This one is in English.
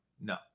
no